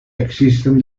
existen